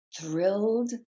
thrilled